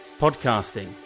podcasting